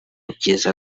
byiza